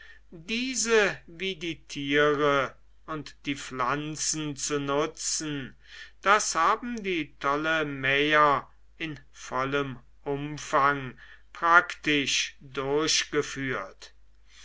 diese wie die tiere und die pflanzen zu nutzen das haben die ptolemäer in vollem umfang praktisch durchgeführt